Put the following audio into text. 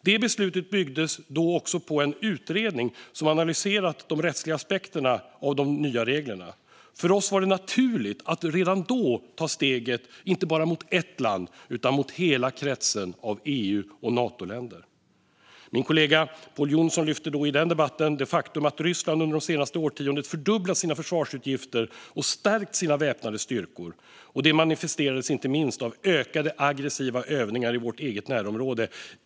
Det beslutet byggde också på en utredning som analyserat de rättsliga aspekterna av de nya reglerna. För oss var det naturligt att redan då ta steget mot inte bara ett land utan hela kretsen av EU och Natoländer. Min kollega Pål Jonson lyfte i den debatten fram faktumet att Ryssland under det senaste årtiondet fördubblat sina försvarsutgifter och stärkt sina väpnade styrkor. Det manifesterades inte minst av ökade aggressiva övningar i vårt eget närområde.